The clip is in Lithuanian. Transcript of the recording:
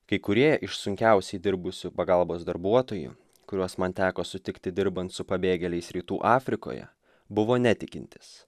kai kurie iš sunkiausiai dirbusių pagalbos darbuotojų kuriuos man teko sutikti dirbant su pabėgėliais rytų afrikoje buvo netikintis